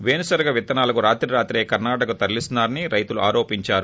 పేరుశనగ విత్తానాలను రాత్రికి రాత్రే కర్ణాటకకు తరలిస్తున్నా రని రైతులు ఆరోపించారు